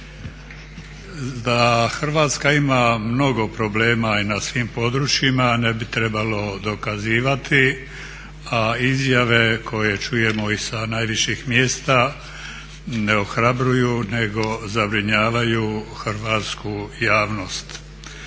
Da Hrvatska ima mnogo problema i na svim područjima ne bi trebalo dokazivati, a izjave koje čujemo i sa najviših mjesta ne ohrabruju nego zabrinjavaju hrvatsku javnost.